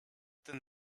than